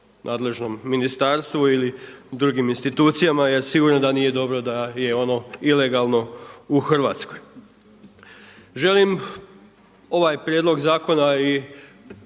nadležnom ministarstvu ili drugim institucijama jer sigurno da nije dobro da je ono ilegalno u Hrvatskoj. Želim ovaj Prijedlog zakona